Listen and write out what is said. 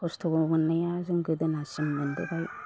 खस्थ' मोननाया जों गोदोनासिम मोनबोबाय